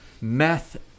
Meth